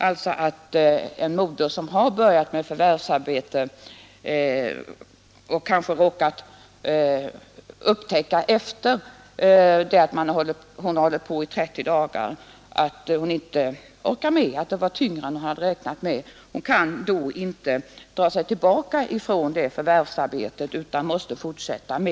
En moder kan t.ex. ha börjat förvärvsarbeta och kansk råkat upptäcka efter att ha hållit på i mer än 30 dagar att hon inte orkar med, att det var tyngre än hon räknat med. Hon kan då inte dra sig tillbaka från detta förvärvsarbete utan måste fortsätta.